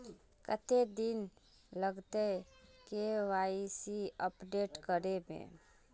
कते दिन लगते के.वाई.सी अपडेट करे में?